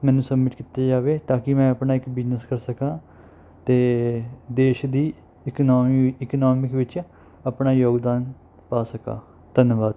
ਮੈਨੂੰ ਸਬਮਿਟ ਕੀਤਾ ਜਾਵੇ ਤਾਂ ਕਿ ਮੈਂ ਆਪਣਾ ਇੱਕ ਬਿਜਨਸ ਕਰ ਸਕਾਂ ਅਤੇ ਦੇਸ਼ ਦੀ ਇਕਨੋਮੀ ਇਕਨੋਮਿਕ ਵਿੱਚ ਆਪਣਾ ਯੋਗਦਾਨ ਪਾ ਸਕਾ ਧੰਨਵਾਦ